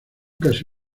casi